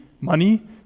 money